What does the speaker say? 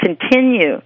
continue